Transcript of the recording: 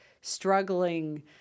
struggling